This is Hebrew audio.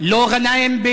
לא גנאים,